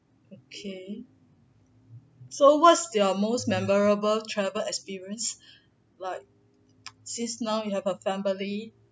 okay so what's your most memorable travel experience like since now you have a family